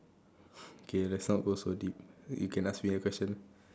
okay let's not go so deep you can ask me a question